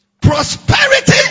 Prosperity